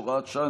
הוראת שעה,